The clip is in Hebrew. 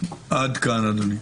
עד כאן, אדוני.